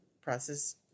process